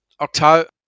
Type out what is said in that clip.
October